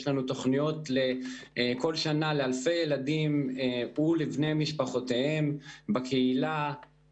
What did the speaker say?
כל שנה יש לנו תוכניות לאלפי ילדים ובני משפחותיהם בקהילה,